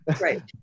Right